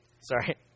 Sorry